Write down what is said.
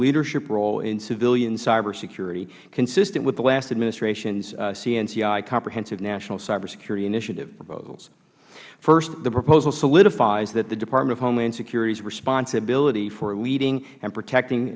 leadership role in civilian cybersecurity consistent with the last administration's cnci comprehensive national cybersecurity initiative proposals first the proposal solidifies that the department of homeland security's responsibility for leading and protecting